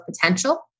potential